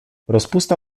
rozpusta